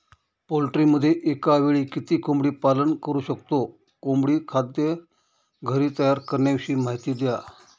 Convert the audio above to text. पोल्ट्रीमध्ये एकावेळी किती कोंबडी पालन करु शकतो? कोंबडी खाद्य घरी तयार करण्याविषयी माहिती द्या